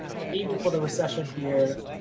and even for the recession here,